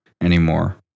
anymore